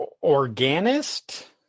organist